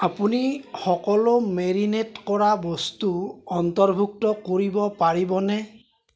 আপুনি সকলো মেৰিনেট কৰা বস্তু অন্তৰ্ভুক্ত কৰিব পাৰিবনে